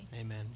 Amen